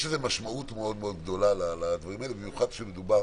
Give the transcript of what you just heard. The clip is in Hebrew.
יש לזה משמעות גדולה מאוד, במיוחד כשמדובר